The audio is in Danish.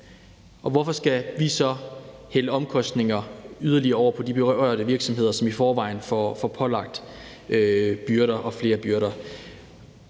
år. Hvorfor skal vi så hælde yderligere omkostninger over på de berørte virksomheder, som i forvejen får pålagt byrder og flere byrder?